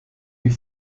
die